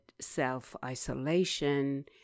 self-isolation